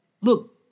look